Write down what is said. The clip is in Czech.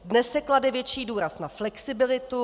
Dnes se klade větší důraz na flexibilitu.